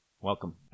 Welcome